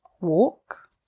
walk